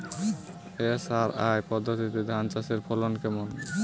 SRI পদ্ধতিতে ধান চাষের ফলন কেমন?